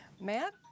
Matt